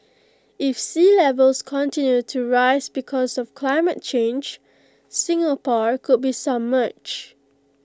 if sea levels continue to rise because of climate change Singapore could be submerged